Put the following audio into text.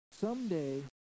Someday